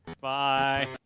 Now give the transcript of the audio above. Bye